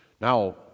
Now